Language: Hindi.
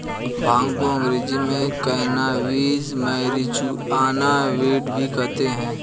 भांग को अंग्रेज़ी में कैनाबीस, मैरिजुआना, वीड भी कहते हैं